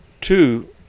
Two